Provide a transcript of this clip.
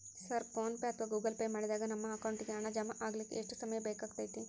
Sir PhonePe ಅಥವಾ Google Pay ಮಾಡಿದಾಗ ನಮ್ಮ ಅಕೌಂಟಿಗೆ ಹಣ ಜಮಾ ಆಗಲಿಕ್ಕೆ ಎಷ್ಟು ಸಮಯ ಬೇಕಾಗತೈತಿ?